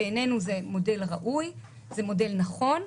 בעינינו זה מודל ראוי, זה מודל נכון,